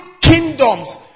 kingdoms